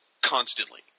constantly